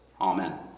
Amen